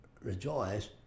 rejoice